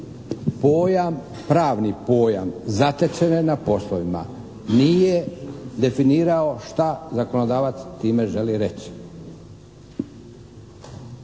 pravni pojam "zatečene na poslovima" nije definirao šta zakonodavac time želi reći.